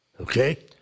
Okay